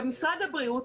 משרד הבריאות